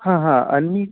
ह ह अन्यत्